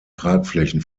tragflächen